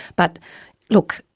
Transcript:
but look,